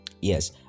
yes